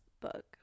book